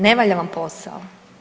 Ne valja vam posao.